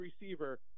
receiver